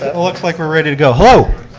ah looks like we're ready to go. hello,